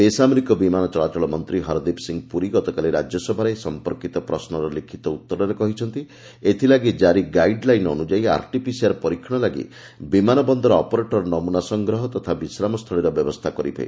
ବେସାମରିକ ବିମାନ ଚଳାଚଳ ମନ୍ତ୍ରୀ ହରଦୀପ ସିଂ ପୁରୀ ଗତକାଲି ରାଜ୍ୟସଭାରେ ଏ ସଫପର୍କିତ ପ୍ରଶ୍ୱର ଲିଖିତ ଉତ୍ତରରେ କହିଛନ୍ତି ଏଥିଲାଗି କାରି ଗାଇଡ୍ ଲାଇନ ଅନୁଯାୟୀ ଆରଟି ପିସିଆର ପରୀକ୍ଷଣ ଲାଗି ବିମାନ ବନ୍ଦର ଅପରେଟର ନମୁନା ସଂଗ୍ରହ ତଥା ବିଶ୍ରାମସ୍ତୁଳୀର ବ୍ୟବସ୍ଥା କରିବେ